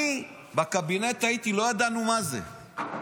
אני בקבינט תהיתי, לא ידענו מה זה.